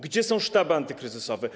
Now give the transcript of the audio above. Gdzie są sztaby antykryzysowe?